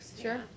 Sure